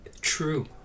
true